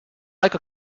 like